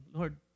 Lord